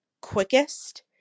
quickest